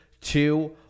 two